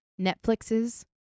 netflix's